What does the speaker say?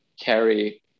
carry